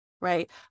right